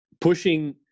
Pushing